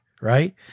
right